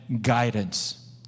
guidance